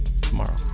tomorrow